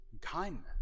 kindness